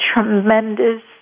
tremendous